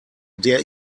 der